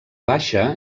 baixa